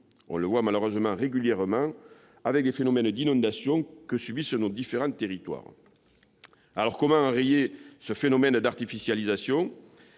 on le constate régulièrement avec les phénomènes d'inondation que subissent nos différents territoires. Comment enrayer ce phénomène d'artificialisation ?